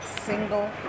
single